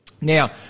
Now